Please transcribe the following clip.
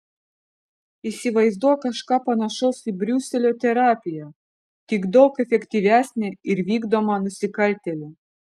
įsivaizduok kažką panašaus į briuselio terapiją tik daug efektyvesnę ir vykdomą nusikaltėlių